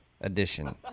edition